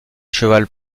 cheval